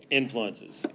influences